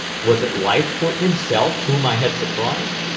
was it leithcourt himself whom i had surprised?